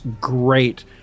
great